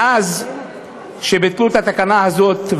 מאז שביטלו את התקנה הזאת,